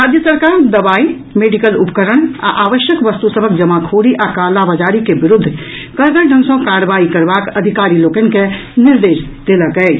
राज्य सरकार दवाई मेडिकल उपकरण आ आवश्यक वस्तु सभक जमाखोरी आ कालाबाजारी के विरूद्ध कड़गर ढंग सँ कार्रवाई करबाक अधिकारी लोकनि के निर्देश देलक अछि